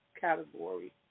category